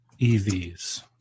EVs